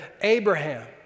Abraham